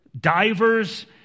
divers